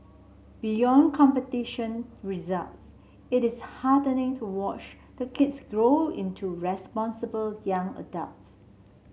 beyond competition results it is heartening to watch the kids grow into responsible young adults